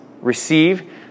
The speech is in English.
receive